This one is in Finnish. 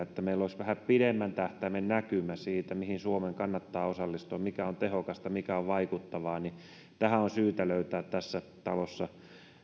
että meillä olisi vähän pidemmän tähtäimen näkymä siitä mihin suomen kannattaa osallistua ja mikä on tehokasta mikä on vaikuttavaa on syytä löytää tässä talossa